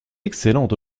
excellente